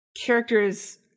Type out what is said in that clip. characters